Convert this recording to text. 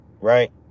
Right